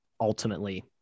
ultimately